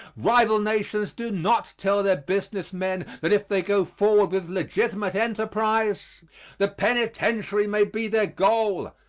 rival nations do not tell their business men that if they go forward with legitimate enterprise the penitentiary may be their goal.